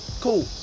Cool